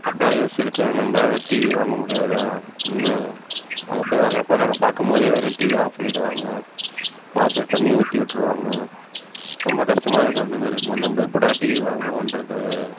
அப்போல்லாம் யோசிச்சிருக்கோம் நம்மளால இந்த டிவி வாங்க முடியாதா என்ன அங்கே போய் பாக்கறப்போ நாங்க பார்க்கும் போதே வேணுன்னு டிவியை ஆஃப் பண்ணிவிடுவாங்க வாசல் தண்ணியை ஊற்றி விட்டிருவாங்க ரொம்ப கஷ்டமாக இருக்கும் அந்தமாரி இருக்கும்போது நம்ம எப்போடா டிவி வாங்குவோன்றது